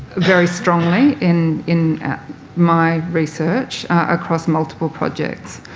very strongly in in my research across multiple projects.